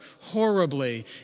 horribly